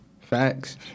Facts